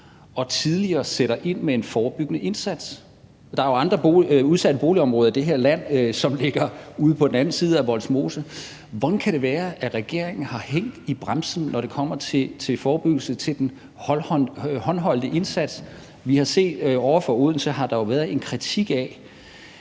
tidligere ind med en forebyggende indsats. Der er jo andre udsatte boligområder i det her land, som ligger ude på den anden side af Vollsmose. Hvordan kan det være, at regeringen har hængt i bremsen, når det kommer til forebyggelse og den håndholdte indsats? Vi har set, der kom en kritik fra